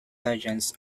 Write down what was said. legends